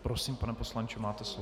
Prosím, pane poslanče, máte slovo.